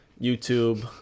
YouTube